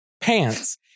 pants